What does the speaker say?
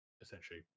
essentially